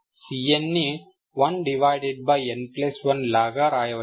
Cnను 1n1 లాగా రాయవచ్చు